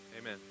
amen